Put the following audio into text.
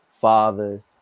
father